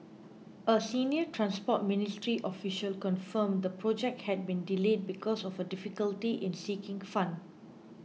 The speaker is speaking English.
a senior Transport Ministry official confirmed the project had been delayed because of a difficulty in seeking fund